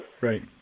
Right